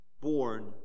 born